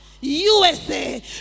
USA